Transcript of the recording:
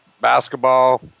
basketball